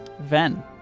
Ven